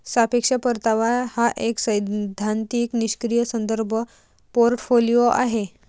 सापेक्ष परतावा हा एक सैद्धांतिक निष्क्रीय संदर्भ पोर्टफोलिओ आहे